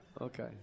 Okay